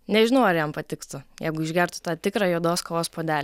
nežinau ar jam patiktų jeigu išgertų tą tikrą juodos kavos puodelį